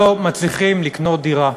ולא מצליחים לקנות דירה.